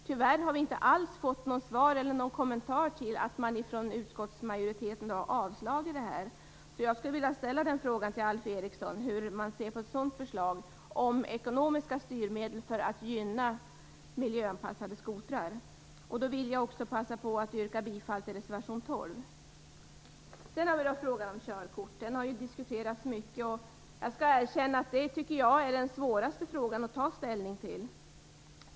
Tyvärr har vi inte fått något svar eller någon kommentar från utskottsmajoriteten om varför man har avslagit detta. Jag skulle därför vilja fråga Alf Eriksson hur man ser på förslaget om ekonomiska styrmedel för att gynna miljöanpassade skotrar. Jag vill också passa på att yrka bifall till reservation 12. Sedan har vi frågan om körkort. Den har diskuterats mycket, och jag skall erkänna att jag tycker att det är den svåraste frågan att ta ställning till.